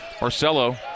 Marcelo